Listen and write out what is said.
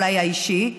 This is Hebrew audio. אולי האישי,